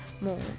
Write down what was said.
more